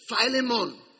Philemon